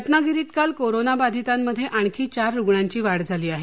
रत्नागिरीत काल करोनाबधितांमध्ये आणखी चार रुग्णांची वाढ झाली आहे